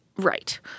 Right